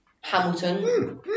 Hamilton